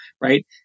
right